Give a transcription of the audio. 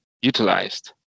utilized